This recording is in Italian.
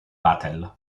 vatel